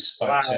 Wow